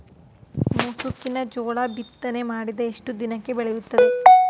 ಮುಸುಕಿನ ಜೋಳ ಬಿತ್ತನೆ ಮಾಡಿದ ಎಷ್ಟು ದಿನಕ್ಕೆ ಬೆಳೆಯುತ್ತದೆ?